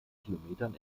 kilometern